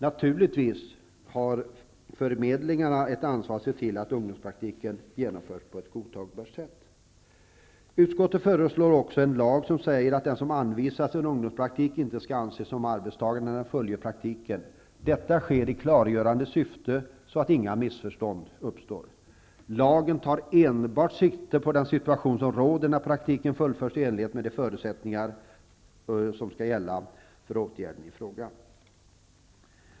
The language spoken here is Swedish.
Naturligtvis har förmedlingarna ett ansvar att se till att ungdomspraktiken genomförs på ett godtagbart sett. Utskottet föreslår också en lag som säger att den som anvisas en ungdomspraktik inte skall anses som arbetstagare när han fullgör praktiken. Detta sker i klargörande syfte, så att inga missförstånd uppstår. Lagen tar enbart sikte på den situation som råder när praktiken fullföljs i enlighet med de förutsättningar som skall gälla för åtgärden i fråga.